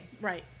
Right